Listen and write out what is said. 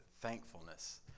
thankfulness